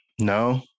no